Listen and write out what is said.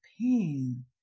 pain